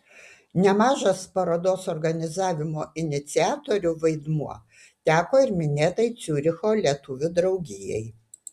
nemažas parodos organizavimo iniciatorių vaidmuo teko ir minėtai ciuricho lietuvių draugijai